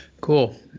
cool